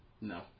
No